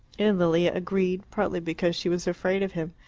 and lilia agreed, partly because she was afraid of him,